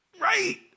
Right